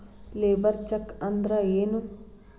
Labour check ಅಂದ್ರ ಏನು?